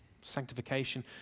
sanctification